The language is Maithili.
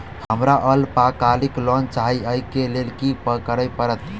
हमरा अल्पकालिक लोन चाहि अई केँ लेल की करऽ पड़त?